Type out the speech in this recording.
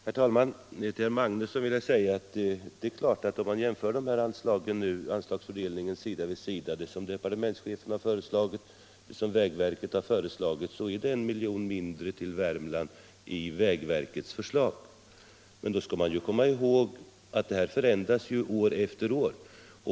Herr talman! Till herr Magnusson i Kristinehamn vill jag säga att det är klart att om man jämför den anslagsfördelning som departementschefen föreslagit och den som vägverket föreslagit så innebär vägverkets förslag 1 milj.kr. mindre till Värmland. Men då skall man komma ihåg att detta förändras år för år.